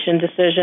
decision